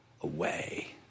away